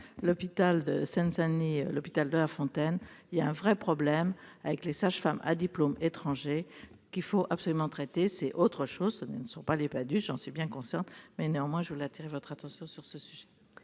l'hôpital de cette année, l'hôpital de Lafontaine il y a un vrai problème avec les sages-femmes à diplôme étranger qu'il faut absolument traiter c'est autre chose, ça ne ne sont pas les pas du j'en suis bien consciente mais néanmoins je voulais attirer votre attention sur ce sujet.